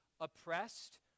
Oppressed